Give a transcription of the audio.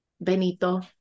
Benito